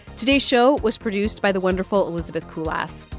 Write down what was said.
today's show was produced by the wonderful elizabeth kulas.